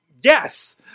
yes